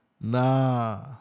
nah